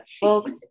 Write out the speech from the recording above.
folks